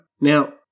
Now